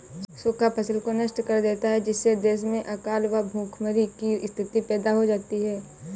सूखा फसल को नष्ट कर देता है जिससे देश में अकाल व भूखमरी की स्थिति पैदा हो जाती है